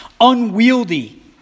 Unwieldy